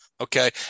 okay